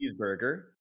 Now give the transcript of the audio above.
cheeseburger